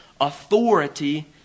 authority